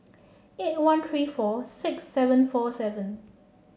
eight one three four six seven four seven